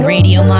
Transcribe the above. Radio